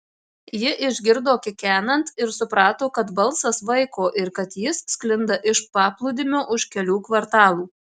ji išgirdo kikenant ir suprato kad balsas vaiko ir kad jis sklinda iš paplūdimio už kelių kvartalų